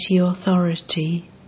authority